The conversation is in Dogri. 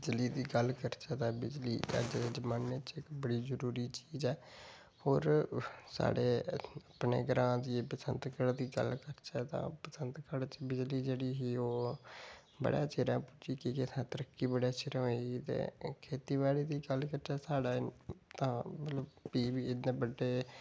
बिजली दी गल्ल करचै तां बिजली अज्ज दे जमान्ने च बड़ी जरूरी चीज ऐ होर साढ़े अपने ग्रांऽ बसैंतगढ़ दी गल्ल करचै तां बसैंतगढ़ बिजली जेह्ड़ी ओह् बड़े चिरें पुज्जी ही इत्थें तरक्की बड़े चिरें होई ही ते खेतीबाड़ी दी गल्ल करचै तां इत्थें बीऽ बी एड्डे बड्डे